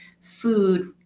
food